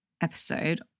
episode